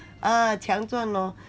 ah 强壮 orh